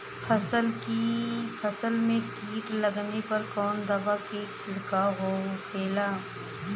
फसल में कीट लगने पर कौन दवा के छिड़काव होखेला?